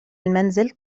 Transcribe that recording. المنزل